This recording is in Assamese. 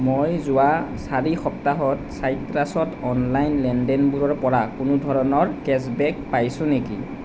মই যোৱা চাৰি সপ্তাহত চাইট্ৰাছত অনলাইন লেনদেনবোৰৰ পৰা কোনো ধৰণৰ কেশ্ববেক পাইছোঁ নেকি